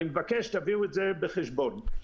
אני מבקש שתביאו את זה בחשבון.